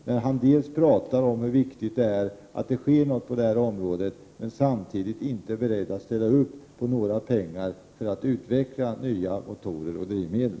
Han talade å ena sidan om hur viktigt det är att något sker på detta område, men å andra sidan var han inte beredd att ställa upp med några pengar för att utveckla nya motorer och drivmedel.